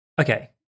Okay